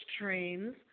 trains